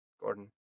Gordon